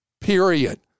period